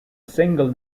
single